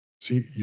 See